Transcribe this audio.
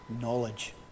knowledge